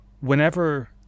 whenever